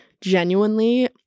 genuinely